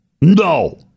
No